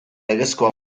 legezkoa